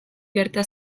gerta